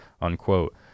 unquote